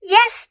Yes